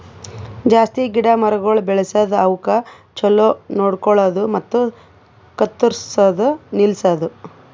ಜಾಸ್ತಿ ಗಿಡ ಮರಗೊಳ್ ಬೆಳಸದ್, ಅವುಕ್ ಛಲೋ ನೋಡ್ಕೊಳದು ಮತ್ತ ಕತ್ತುರ್ಸದ್ ನಿಲ್ಸದು